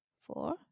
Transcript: four